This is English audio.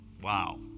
Wow